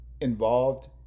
involved